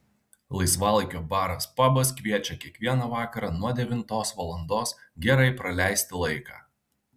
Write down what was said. laisvalaikio baras pabas kviečia kiekvieną vakarą nuo devintos valandos gerai praleisti laiką